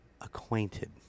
acquainted